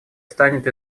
станет